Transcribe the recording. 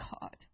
God